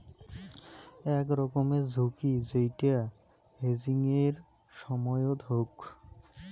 আক রকমের ঝুঁকি যেইটা হেজিংয়ের সময়ত হউক